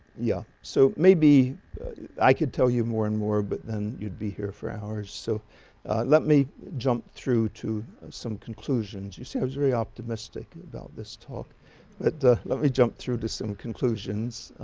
yeah so maybe i could tell you more and more but then you'd be here for hours so let me jump through to some conclusions you see i was very optimistic about this talk but let me jump through to some conclusions